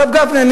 הרב גפני,